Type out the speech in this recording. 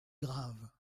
grave